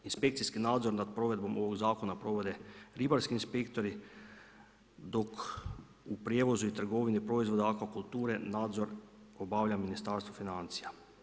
Inspekcijski nadzor nad provedbom ovog zakona provode ribarski inspektori, dok u prijevozi i trgovini u proizvodu akvakulture nadzor obavlja Ministarstvo financija.